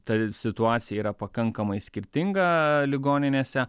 ta situacija yra pakankamai skirtinga ligoninėse